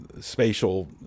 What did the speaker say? spatial